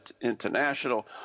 International